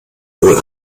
wohl